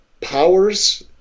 powers